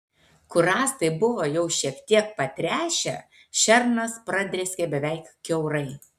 kur rąstai buvo jau kiek patręšę šernas pradrėskė beveik kiaurai